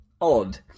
odd